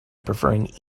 preferring